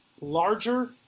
larger